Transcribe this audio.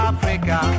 Africa